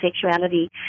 sexuality